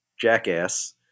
jackass